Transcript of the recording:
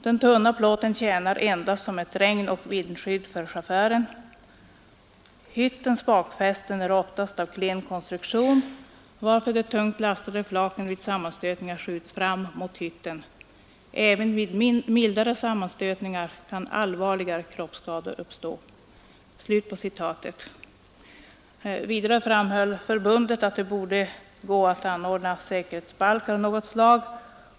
Den tunna plåten tjänar endast som regnoch vindskydd för chauffören. Hyttens bakre fästen är oftast av klen konstruktion, varför de tungt lastade flaken vid sammanstötningar skjuts fram mot hytten. Även vid mildare sammanstötningar kan allvarliga kroppsskador uppstå.” Förbundet föreslog också säkerhetsbalkar av något slag.